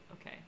okay